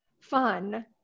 fun